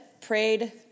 prayed